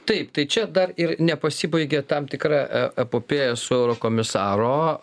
taip tai čia dar ir nepasibaigė tam tikra epopėja su eurokomisaro